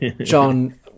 john